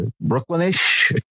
Brooklyn-ish